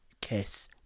Kiss